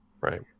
Right